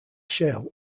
shale